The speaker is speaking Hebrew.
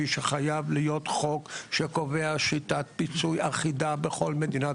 שחייב להיות חוק שקובע שיטת פיצוי אחידה בכול מדינת